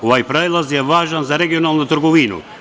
Ovaj prelaz je važan za regionalnu trgovinu.